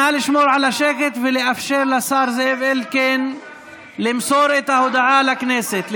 נא לשמור על השקט ולאפשר לשר זאב אלקין למסור את ההודעה לכנסת.